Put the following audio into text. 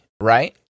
right